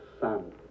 Son